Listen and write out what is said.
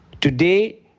Today